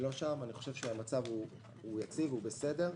המצב הוא יציב, הוא בסדר.